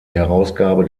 herausgabe